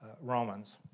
Romans